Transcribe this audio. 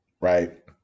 right